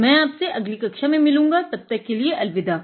तो मैं आपसे अगली कक्षा में मिलूँगा तब तक के लिए अलविदा